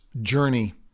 journey